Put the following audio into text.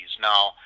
Now